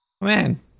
Man